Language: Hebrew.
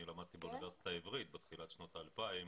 אני למדתי באוניברסיטה העברית בתחילת שנות ה-2000,